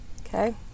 Okay